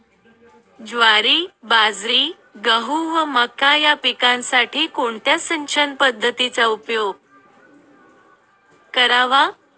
ज्वारी, बाजरी, गहू व मका या पिकांसाठी कोणत्या सिंचन पद्धतीचा उपयोग करावा?